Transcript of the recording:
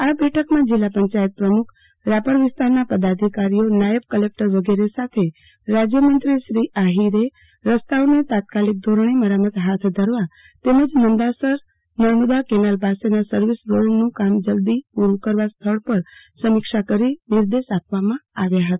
આ બેઠકમાં જિલ્લા પંચાયત પ્રમુખ રાપર વિસ્તારના પદાધિકારીઓનાયબ કલેક્ટર વગેરે સાથે રાજયમંત્રી શ્રી આહીરે રસ્તાઓને તાત્કાલિક ધોરણે મરામત હાથ ધરવા તેમજ નંદાસર નર્મદા કેનાલ પાસેના સર્વિસ રોડનું કામ જલ્દી પુરૂ કરવા સ્થળ પર સમીક્ષા કરી નિર્દેશ આપવામાં આવ્યા હતા